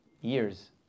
years